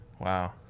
Wow